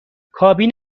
کابین